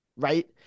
Right